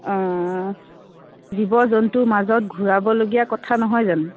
অঁ জীৱ জন্তুৰ মাজত ঘূৰাবলগীয়া কথা নহয় জানো